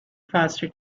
foster